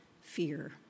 fear